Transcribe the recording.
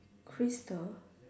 crystal